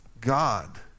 God